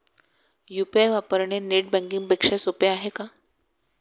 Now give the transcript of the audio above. UPI वापरणे net banking पेक्षा सोपे आहे का?